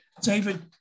David